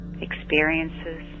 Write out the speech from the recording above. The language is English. experiences